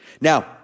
Now